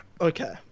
Okay